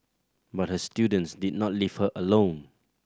but her students did not leave her alone